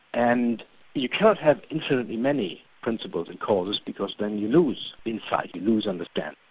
and you cannot have infinitely many principles and causes because then you lose insight, you lose understanding.